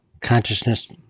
Consciousness